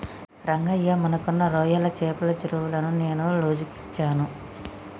రంగయ్య మనకున్న రొయ్యల చెపల చెరువులను నేను లోజుకు ఇచ్చాను